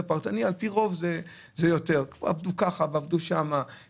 פרטני אלא על פי רוב זה יותר עבדו במקום כלשהו,